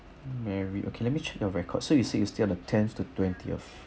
mary okay let me check your record so you said on the ten to the twentieth